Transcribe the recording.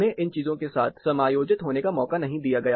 उन्हें इन चीज़ों के साथ समायोजित होने का मौका नहीं दिया गया